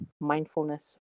mindfulness